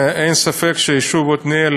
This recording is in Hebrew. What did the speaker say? אין ספק שהיישוב עתניאל